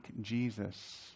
Jesus